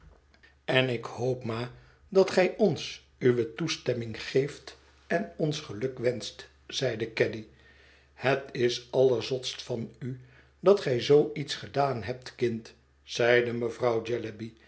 en ik hoop ma dat gij ons uwe toestemming geeft en ons gelukwenscht zeide caddy het is allerzotst van u dat gij zoo iets gedaan hebt kind zeide mevrouw